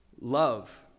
Love